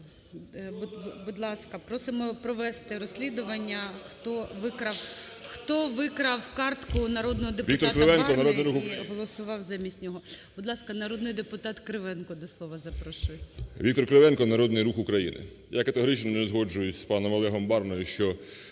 Будь ласка, просимо провести розслідування, хто викрав картку народного депутата Барни і голосував замість нього. Будь ласка, народний депутат Кривенко до слова запрошується. 13:13:07 КРИВЕНКО В.М. Віктор Кривенко, "Народний рух України". Я категорично не згоджуюся з паном ОлегомБарною, що